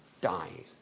dying